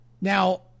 Now